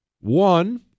One